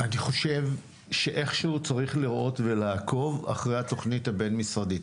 אני חושב שאיכשהו צריך לראות ולעקוב אחר התוכנית הבין-משרדית.